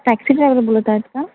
taxi driver बोलत आहेत का